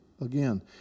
again